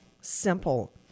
simple